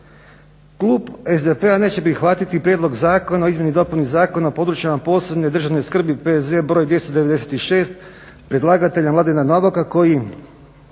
Klub SDP-a neće prihvatiti Prijedlog zakona o izmjeni i dopuni Zakona o područjima posebne državne skrbi P.Z. br. 296 predlagatelja Mladena Novaka koji